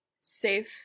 safe